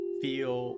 feel